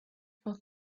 for